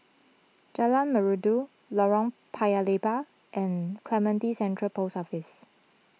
Jalan Merdu Lorong Paya Lebar and Clementi Central Post Office